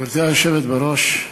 גברתי היושבת בראש,